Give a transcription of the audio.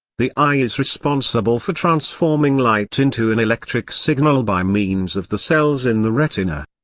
the eye is responsible for transforming light into an electric signal by means of the cells in the retina.